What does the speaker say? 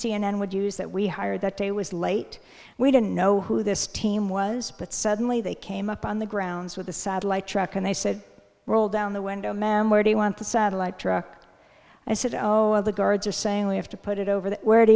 n would use that we hired that day was late we didn't know who this team was but suddenly they came up on the grounds with the satellite truck and they said roll down the window man where do you want the satellite truck and i said oh of the guards are saying we have to put it over there